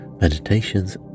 meditations